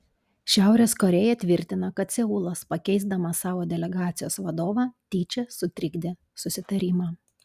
šiaurės korėja tvirtina kad seulas pakeisdamas savo delegacijos vadovą tyčia sutrikdė susitarimą